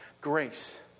grace